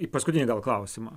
į paskutinį gal klausimą